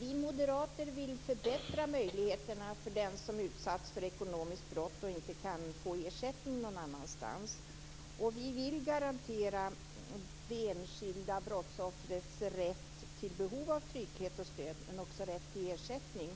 Vi moderater vill förbättra möjligheterna för den som har utsatts för ekonomiskt brott och inte kan få ersättning någon annanstans ifrån. Vi vill garantera det enskilda brottsoffrets rätt till och behov av trygghet och stöd, men också rätt till ersättning.